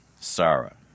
Sarah